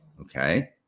okay